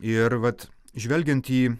ir vat žvelgiant į